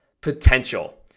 potential